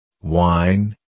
wine